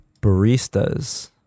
baristas